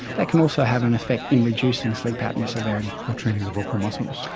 that can also have an effect in reducing sleep apnoea severity. by training the vocal muscles?